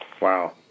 Wow